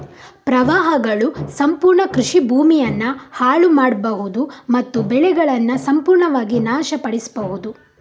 ಪ್ರವಾಹಗಳು ಸಂಪೂರ್ಣ ಕೃಷಿ ಭೂಮಿಯನ್ನ ಹಾಳು ಮಾಡ್ಬಹುದು ಮತ್ತು ಬೆಳೆಗಳನ್ನ ಸಂಪೂರ್ಣವಾಗಿ ನಾಶ ಪಡಿಸ್ಬಹುದು